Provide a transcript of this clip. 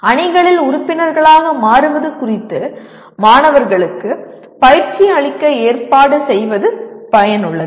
அணிகளில் உறுப்பினர்களாக மாறுவது குறித்து மாணவர்களுக்கு பயிற்சி அளிக்க ஏற்பாடு செய்வது பயனுள்ளது